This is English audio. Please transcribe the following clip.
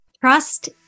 Trust